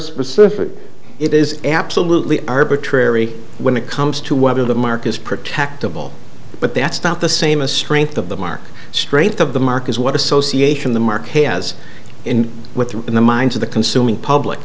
specific it is absolutely arbitrary when it comes to whether the market's protectable but that's not the same a strength of the mark strength of the mark is what association the market has in with in the minds of the consuming public